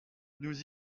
nous